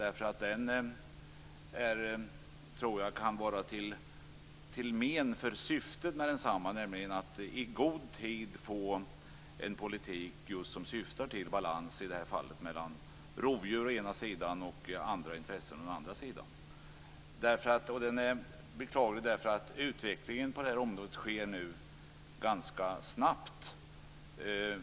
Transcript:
Jag tror att den kan vara till men för syftet med detta, nämligen att i god tid få en politik som syftar till balans mellan rovdjuren å ena sidan och andra intressen å den andra sidan. Det är beklagligt eftersom utvecklingen på det här området går ganska snabbt nu.